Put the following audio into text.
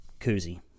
koozie